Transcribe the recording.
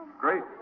Great